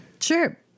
Sure